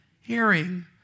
Hearing